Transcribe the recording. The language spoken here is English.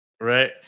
right